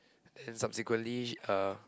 then subsequently she uh